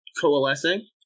coalescing